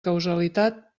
causalitat